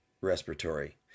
respiratory